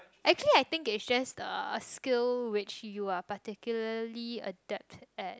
actually I think it's just a skill which you are particularly adapt at